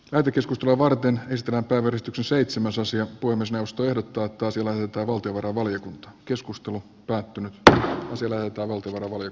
lähetekeskustelua varten ystävä kaverit yksi seitsemän suosia puun ostoja tuottaisi lämpöä valtiovarainvaliokunta keskustelu puhemiesneuvosto ehdottaa että valtio voi